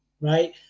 right